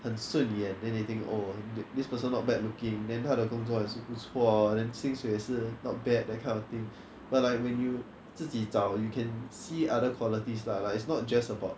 很顺眼 then they think oh this person not bad looking then 他的工作也是不错 then 薪水也是 not bad that kind of thing but like when you 自己找 you can see other qualities lah like it's not just about